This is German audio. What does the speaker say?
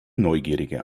neugierige